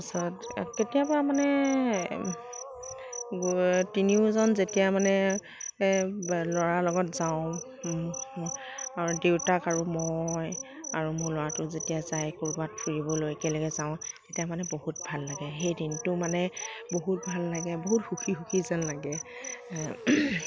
তাৰপিছত কেতিয়াবা মানে তিনিওজন যেতিয়া মানে ল'ৰাৰ লগত যাওঁ আৰু দেউতাক আৰু মই আৰু মোৰ ল'ৰাটো যেতিয়া যায় ক'ৰবাত ফুৰিবলৈ একেলগে যাওঁ তেতিয়া মানে বহুত ভাল লাগে সেই দিনটো মানে বহুত ভাল লাগে বহুত সুখী সুখী যেন লাগে